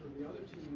the other two